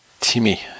Timmy